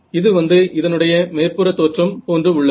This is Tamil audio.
இது வந்து இதனுடைய மேற்புறத் தோற்றம் போன்று உள்ளது